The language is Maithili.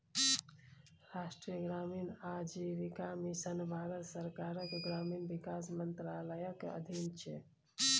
राष्ट्रीय ग्रामीण आजीविका मिशन भारत सरकारक ग्रामीण विकास मंत्रालयक अधीन छै